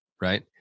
right